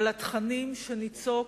על התכנים שניצוק